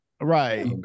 Right